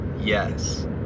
Yes